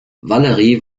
valerie